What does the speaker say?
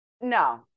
no